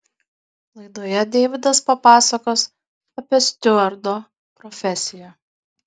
laidoje deividas papasakos apie stiuardo profesiją